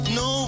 no